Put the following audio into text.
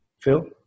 Phil